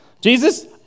Jesus